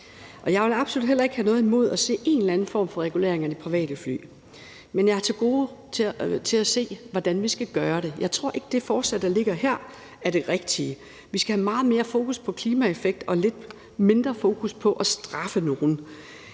jeg ville absolut heller ikke have noget imod at se en eller anden form for regulering af de private fly. Men jeg har til gode at se, hvordan vi skal gøre det. Jeg tror ikke, at det forslag, der ligger her, er det rigtige. Vi skal have meget mere fokus på klimaeffekten og lidt mindre fokus på at straffe nogen.